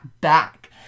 back